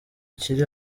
kiri